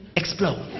explode